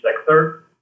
sector